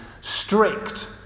strict